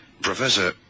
Professor